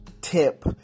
tip